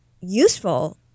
useful